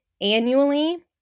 annually